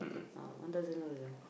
ah one thousand dollar